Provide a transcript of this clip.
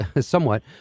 somewhat